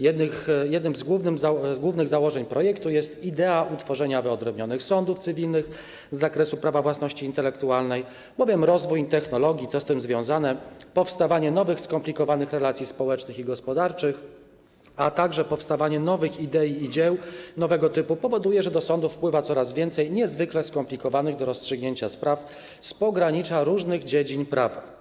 Jednym z jego głównych założeń jest idea utworzenia wyodrębnionych sądów cywilnych z zakresu prawa własności intelektualnej, bowiem rozwój technologii i - co z tym związane - powstawanie nowych skomplikowanych relacji społecznych i gospodarczych, a także powstawanie nowych idei i dzieł nowego typu powoduje, że do sądów wpływa coraz więcej niezwykle skomplikowanych do rozstrzygnięcia spraw z pogranicza różnych dziedzin prawa.